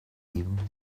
even